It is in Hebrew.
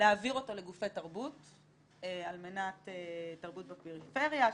לגופי תרבות על מנת שיגיע לתרבות בפריפריה,